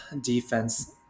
defense